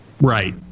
Right